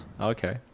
Okay